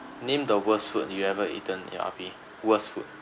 name the worst food you ever eaten in R_P worst food